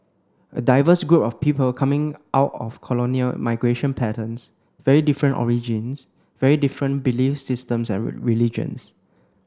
a diverse group of people coming out of colonial migration patterns very different origins very different belief systems and religions